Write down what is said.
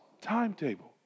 timetable